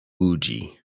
Uji